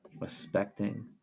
respecting